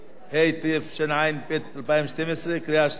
התשע"ב 2012, קריאה שנייה וקריאה שלישית.